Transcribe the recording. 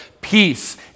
Peace